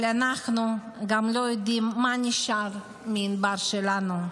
אבל אנחנו גם לא יודעים מה נשאר מענבר שלנו.